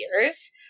years